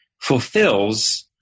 fulfills